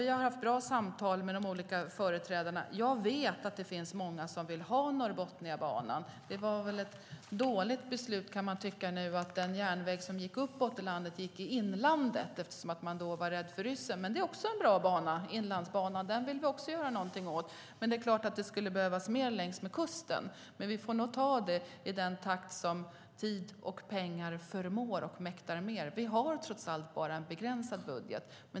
Vi har haft bra samtal med de olika företrädarna. Jag vet att det finns många som vill ha Norrbotniabanan. Det var ett dåligt beslut kan man tycka nu att den järnväg som gick uppåt i landet gick i inlandet eftersom man då var rädd för ryssen. Men Inlandsbanan är en bra bana. Den vill vi också göra någonting åt, men det är klart att det skulle behövas mer längs med kusten. Vi får nog ta det i den takt som tid och pengar förmår och mäktar med. Vi har trots allt en begränsad budget.